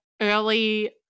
early